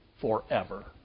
forever